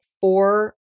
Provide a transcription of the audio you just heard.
four